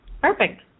Perfect